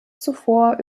zuvor